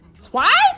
twice